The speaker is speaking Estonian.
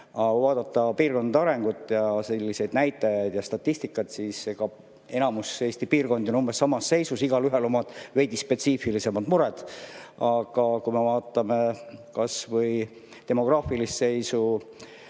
vaadata piirkondade arengut ning selliseid näitajaid ja statistikat, siis enamik Eesti piirkondi on umbes samas seisus, igaühel omad veidi spetsiifilisemad mured. Aga kui me vaatame kas või demograafilist seisu,